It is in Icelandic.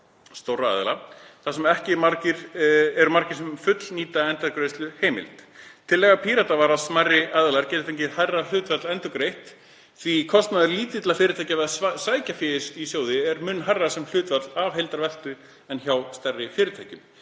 stórra aðila þar sem ekki eru margir sem fullnýta endurgreiðsluheimild. Tillaga Pírata var að smærri aðilar gætu fengið hærra hlutfall endurgreitt því að kostnaður lítilla fyrirtækja við að sækja fé í sjóði er mun hærri sem hlutfall af heildarveltu en hjá stærri fyrirtækjum.